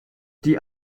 die